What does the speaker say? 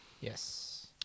Yes